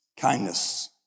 Kindness